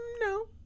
No